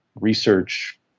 research